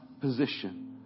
position